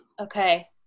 Okay